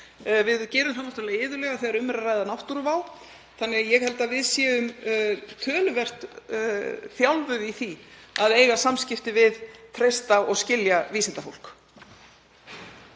við gerum það náttúrlega iðulega þegar um er að ræða náttúruvá. Þannig að ég held að við séum töluvert þjálfuð í því að eiga samskipti við og treysta og skilja vísindafólk.